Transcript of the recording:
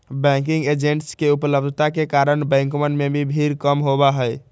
banking agents के उपलब्धता के कारण बैंकवन में भीड़ कम होबा हई